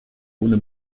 ohne